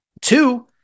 Two